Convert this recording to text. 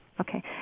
Okay